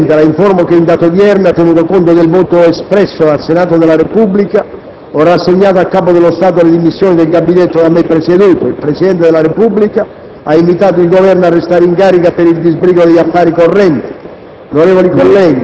Onorevole Presidente, La informo che in data odierna, tenuto conto del voto espresso dal Senato della Repubblica, ho rassegnato al Capo dello Stato le dimissioni del Gabinetto da me presieduto. Il Presidente della Repubblica ha invitato il Governo a restare in carica per il disbrigo degli affari correnti.